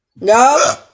No